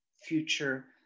future